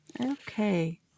Okay